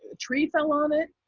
ah tree fell on it,